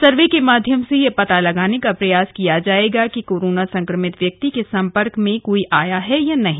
सर्वे के माध्यम से यह पता लगाने का प्रयास किया जाएगा कि कोरोना सं क्र मित व्यक्ति के संपर्क में कोई आया है या नही